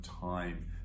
time